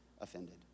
offended